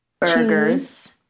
Burgers